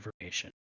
information